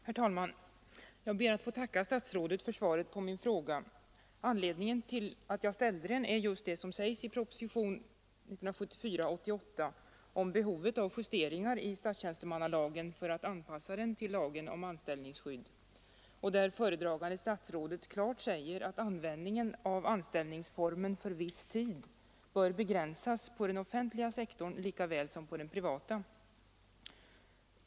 Herr talman! Jag ber att få tacka statsrådet för svaret på min fråga. Anledningen till att jag ställt den är just det som sägs i propositionen 88 år 1974 om behovet av justeringar i statstjänstemannalagen för att anpassa den till lagen om anställningsskydd. Föredragande statsrådet säger där klart att användning av anställningsformen för viss tid bör begränsas på den offentliga sektorn lika väl som på den privata.